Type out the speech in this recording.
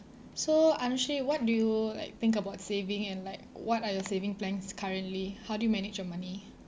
so anooshi what do you like think about saving and like what are your saving plans currently how do you manage your money